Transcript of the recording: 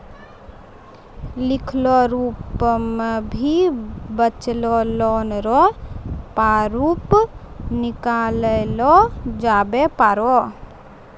लिखलो रूप मे भी बचलो लोन रो प्रारूप निकाललो जाबै पारै